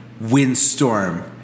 windstorm